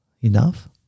enough